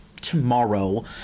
tomorrow